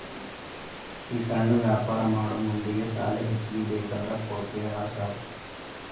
ಈ ಸಣ್ಣ ವ್ಯಾಪಾರ ಮಾಡೋ ಮಂದಿಗೆ ಸಾಲ ಹೆಚ್ಚಿಗಿ ಬೇಕಂದ್ರ ಕೊಡ್ತೇರಾ ಸಾರ್?